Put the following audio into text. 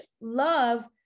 love